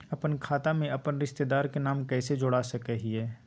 अपन खाता में अपन रिश्तेदार के नाम कैसे जोड़ा सकिए हई?